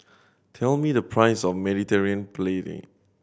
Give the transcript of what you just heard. tell me the price of Mediterranean Penne